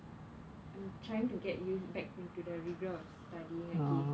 I'm trying to get used back into the rigour of studying again